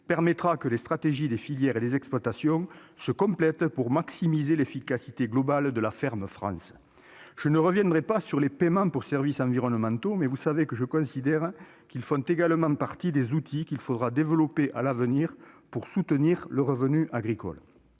permettra que les stratégies des filières et des exploitations se complètent pour maximiser l'efficacité globale de la ferme France. Je ne reviendrai pas sur les paiements pour services environnementaux (PSE), mais, vous le savez, je considère qu'ils font également partie des outils qu'il faudra développer à l'avenir pour soutenir le revenu agricole.